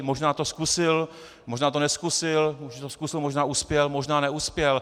Možná to zkusil, možná to nezkusil, možná to zkusil, možná uspěl, možná neuspěl.